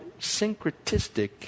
syncretistic